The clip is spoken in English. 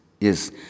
Yes